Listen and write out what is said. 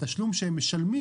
התשלום שהם משלמים